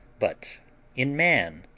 but in man,